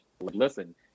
listen